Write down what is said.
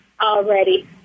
already